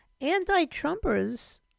anti-Trumpers